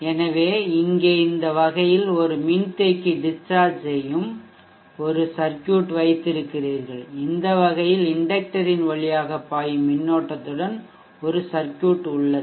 எனவே இங்கே இந்த வகையில் ஒரு மின்தேக்கி டிஸ்சார்ஜ் செய்யும் ஒரு சர்க்யூட் வைத்திருக்கிறீர்கள் இந்த வகையில் இன்டக்ட்டரின் வழியாக பாயும் மின்னோட்டத்துடன் ஒரு சர்க்யூட் உள்ளது